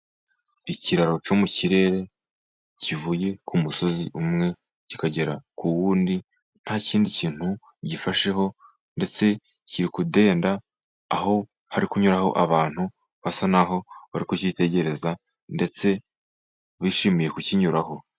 Ikiraro cyo mu kirere kivuye ku musozi umwe kikagera ku wundi, nta kindi kintu gifasheho ndetse kiri kudenda, aho hari kunyuraho abantu basa naho bari kukitegereza, ndetse bishimiye kukinyuraho.